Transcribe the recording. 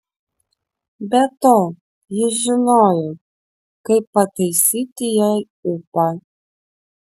be to jis žinojo kaip pataisyti jai ūpą